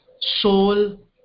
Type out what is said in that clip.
soul